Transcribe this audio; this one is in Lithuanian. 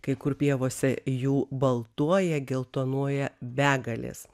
kai kur pievose jų baltuoja geltonuoja begalės